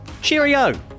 Cheerio